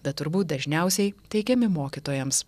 bet turbūt dažniausiai teikiami mokytojams